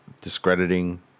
discrediting